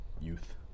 youth